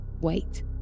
Wait